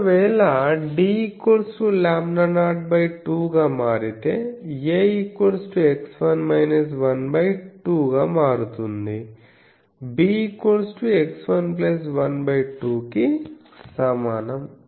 ఒకవేళ d λ02 గా మారితే a 2 గా మారుతుంది b x1 1 2 కి సమానం